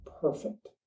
perfect